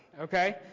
Okay